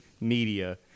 media